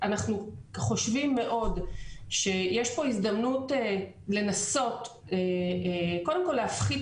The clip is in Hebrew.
אנחנו חושבים מאוד שיש פה הזדמנות לנסות קודם כול להפחית